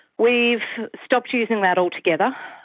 we've stopped using that altogether